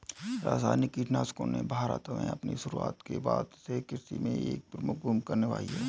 रासायनिक कीटनाशकों ने भारत में अपनी शुरूआत के बाद से कृषि में एक प्रमुख भूमिका निभाई हैं